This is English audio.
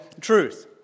truth